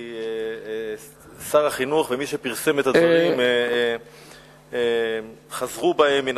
כי שר החינוך ומי שפרסם את הדברים חזרו בהם מן